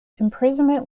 imprisonment